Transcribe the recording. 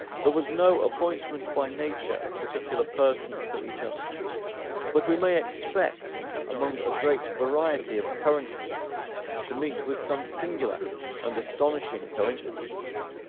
there was no appointment by nature of particular persons for each other but we may expect among a great variety of occurrences to meet with some singular and astonishing coincidences.